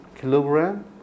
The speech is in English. Kilogram